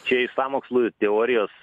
čia iš sąmokslų teorijos